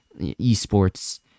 esports